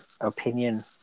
opinion